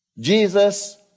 Jesus